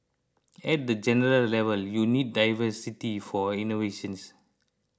at the general level you need diversity for innovations